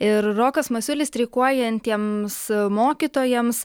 ir rokas masiulis streikuojantiems mokytojams